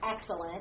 excellent